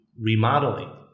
remodeling